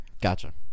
Gotcha